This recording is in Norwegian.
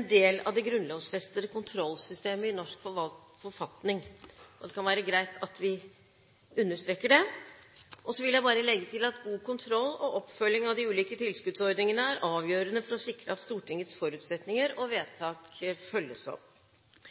en del av det grunnlovsfestede kontrollsystemet i norsk forfatning. Det kan være greit at vi understreker det. God kontroll og oppfølging av de ulike tilskuddsordningene er avgjørende for å sikre at Stortingets forutsetninger og vedtak følges opp.